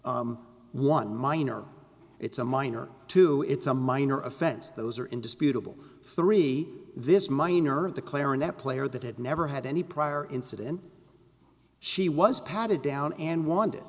that one minor it's a minor two it's a minor offense those are indisputable three this minor of the clarinet player that had never had any prior incident she was patted down and want